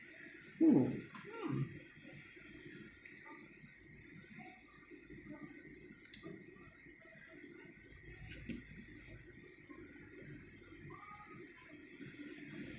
who hmm